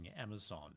Amazon